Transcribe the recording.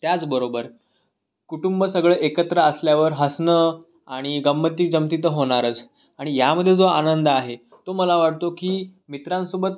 त्याचबरोबर कुटुंब सगळं एकत्र असल्यावर हसणं आणि गंमतीजमती तर होणारच आणि यामध्ये जो आनंद आहे तो मला वाटतो की मित्रांसोबत